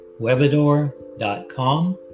webador.com